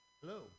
Hello